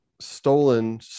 stolen